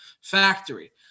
Factory